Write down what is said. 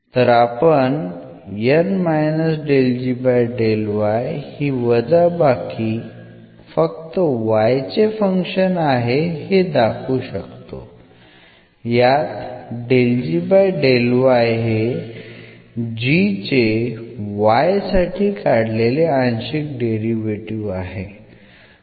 तर आपण ही वजाबाकी फक्त y चे फंक्शन आहे हे दाखवू शकतो यात हे g चे y साठी काढलेले आंशिक डेरिव्हेटीव्ह आहे